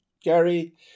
Gary